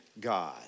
God